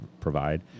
provide